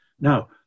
Now